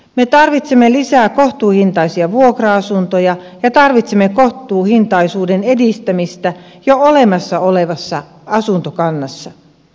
me tarvitsemme lisää kohtuuhintaisia vuokra asuntoja ja tarvitsemme kohtuuhintaisuuden edistämistä jo olemassa olevassa asuntokannassa